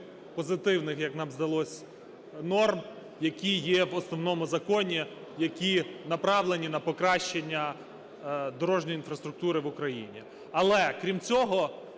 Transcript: позитивних, як нам здалось, норм, які є в основному законі, які направлені на покращення дорожньої інфраструктури в Україні. Але, крім цього,